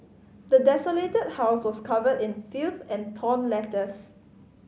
the desolated house was covered in filth and torn letters